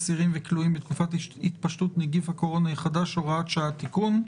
אסירים וכלואים בתקופת התפשטות נגיף הקורונה החדש (הוראת שעה) (תיקון).